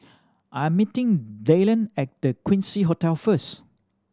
I am meeting Dyllan at The Quincy Hotel first